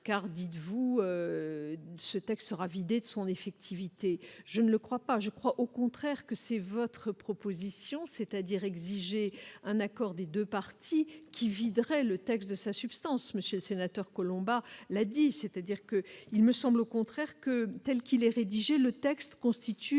car dites-vous, ce texte sera vidé de son effectivité, je ne le crois pas, je crois au contraire que c'est votre proposition, c'est-à-dire exiger un accord des 2 parties qui viderait le texte de sa substance, Monsieur le Sénateur, Colomba l'dit c'est-à-dire que il me semble au contraire que telle qu'il est rédigé le texte constitue